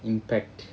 impact